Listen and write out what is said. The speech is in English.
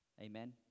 Amen